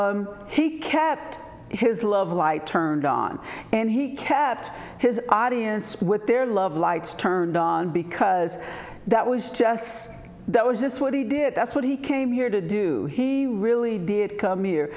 that he kept his love light turned on and he kept his audience with their love lights turned on because that was just that was just what he did that's what he came here to do he really did come